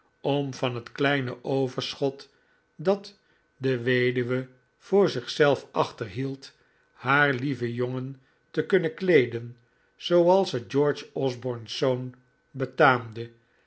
om van het kleine overschot dat de weduwe voor zichzelf achterhield haar lieven jongen te kunnen kleeden zooals het george osborne's zoon betaamde